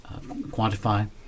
quantify